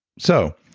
so